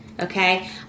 Okay